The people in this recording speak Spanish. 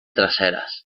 traseras